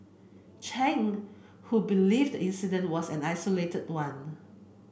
Chen who believes the incident was an isolated one